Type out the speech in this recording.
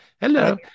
hello